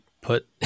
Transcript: put